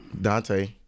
dante